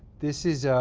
this is